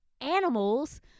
Animals